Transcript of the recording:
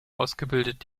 ausgebildet